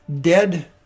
dead